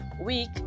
week